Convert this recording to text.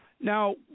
Now